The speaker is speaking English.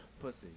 Pussy